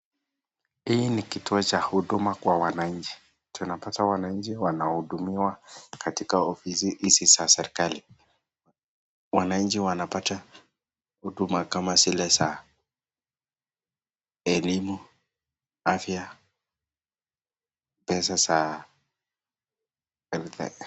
Hii ni kituo cha huduma katika wananchi, tunaoata wanchi wanahudumiwa katika ofisi hizi za serikali. Wananchi wanapata huduma kama zile za elimu, afya, pesa za health .